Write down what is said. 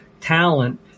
talent